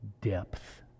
depth